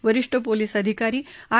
वरिष्ठ पोलीस अधिकारी आर